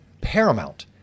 paramount